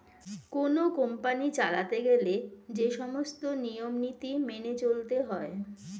কোন কোম্পানি চালাতে গেলে যে সমস্ত নিয়ম নীতি মেনে চলতে হয়